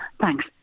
thanks